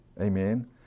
Amen